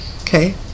okay